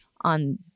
on